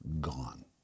gone